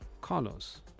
Carlos